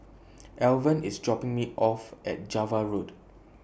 Alvan IS dropping Me off At Java Road